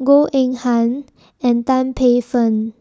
Goh Eng Han and Tan Paey Fern